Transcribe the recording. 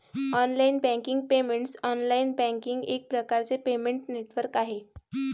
online banking payments online banking एक प्रकारचे payment network आहे